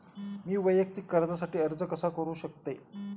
मी वैयक्तिक कर्जासाठी अर्ज कसा करु शकते?